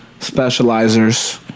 specializers